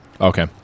Okay